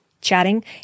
chatting –